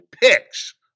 picks